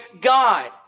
God